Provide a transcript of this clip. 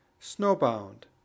Snowbound